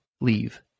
leave